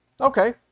okay